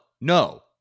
no